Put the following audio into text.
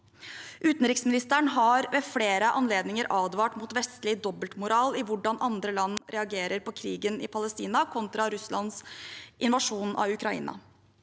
Utenriksministeren har ved flere anledninger advart mot vestlig dobbeltmoral i hvordan andre land reagerer på krigen i Palestina kontra Russlands invasjon av Ukraina.